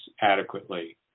adequately